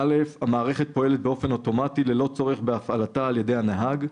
" המערכת פועלת באופן אוטומטי ללא צורך בהפעלתה על ידי הנהג,